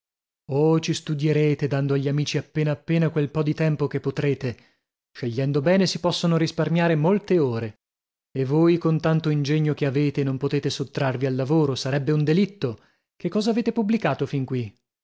oh ci studierete dando agli amici appena appena quel po di tempo che potrete scegliendo bene si possono risparmiare molte ore e voi con tanto ingegno che avete non potete sottrarvi al lavoro sarebbe un delitto che cosa avete pubblicato fin qui